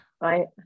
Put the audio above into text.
Right